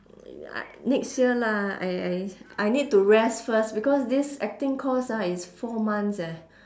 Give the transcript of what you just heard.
next year lah I I I need to rest first because this acting course ah is four months eh